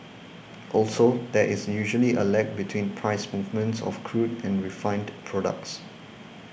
also there is usually a lag between price movements of crude and refined products